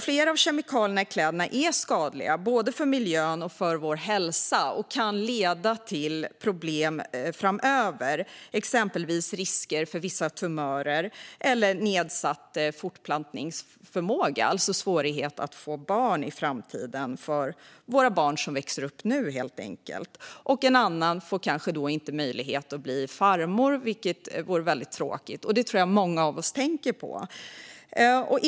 Flera av kemikalierna i kläderna är skadliga både för miljön och för vår hälsa och kan leda till problem framöver. Exempelvis kan de medföra risker för vissa tumörer eller nedsatt fortplantningsförmåga, alltså att de som växer upp nu får svårigheter att få barn i framtiden. En annan får då kanske inte möjlighet att bli farmor, vilket vore väldigt tråkigt. Den typen av tankar tror jag att många av oss har.